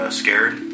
scared